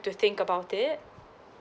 to think about it